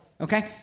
okay